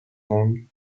named